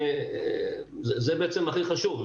זה הכי חשוב.